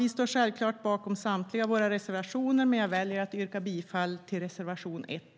Vi står självklart bakom samtliga av våra reservationer, men jag väljer att yrka bifall till reservation 1.